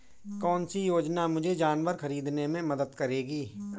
कौन सी योजना मुझे जानवर ख़रीदने में मदद करेगी?